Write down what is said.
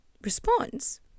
responds